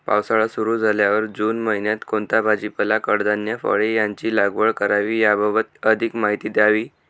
पावसाळा सुरु झाल्यावर जून महिन्यात कोणता भाजीपाला, कडधान्य, फळे यांची लागवड करावी याबाबत अधिक माहिती द्यावी?